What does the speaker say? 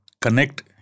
connect